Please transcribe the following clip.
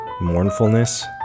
mournfulness